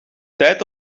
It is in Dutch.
tijd